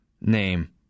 name